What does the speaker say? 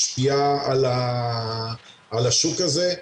משפיעה על השוק הזה.